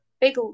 Big